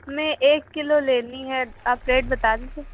ہمیں ایک کلو لینی ہے آپ ریٹ بتا دیجیے